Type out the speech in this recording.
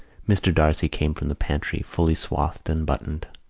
mr. d'arcy came from the pantry, fully swathed and buttoned,